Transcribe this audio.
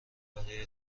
برای